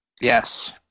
Yes